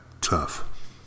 tough